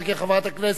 חברת הכנסת